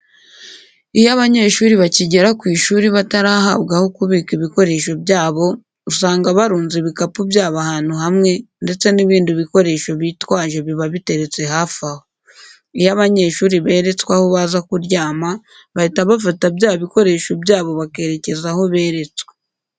Iyo abanyeshuri bakigera ku ishuri batarahabwa aho kubika ibikoresho byabo usanga barunze ibikapu byabo ahantu hamwe ndetse n'ibindi bikoresho bitwaje biba biteretse hafi aho. Iyo abanyeshuri beretswe aho baza kuryama bahita bafata bya bikoresho byabo bakerekeza aho beretswe.